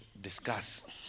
Discuss